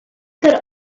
could